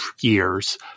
years